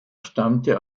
stammte